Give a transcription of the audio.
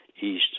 east